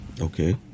Okay